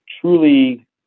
truly